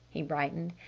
he brightened,